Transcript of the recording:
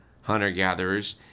hunter-gatherers